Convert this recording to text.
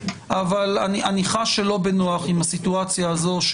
שלא תהיה פה מחשבה שמישהו מצדיק את ההתנהגות הזאת.